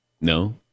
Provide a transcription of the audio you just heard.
No